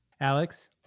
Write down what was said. alex